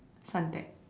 Suntec